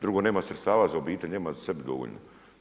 Drugo, nema sredstava za obitelj, nema za sebe dovoljno.